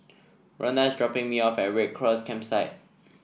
Rondal is dropping me off at Red Cross Campsite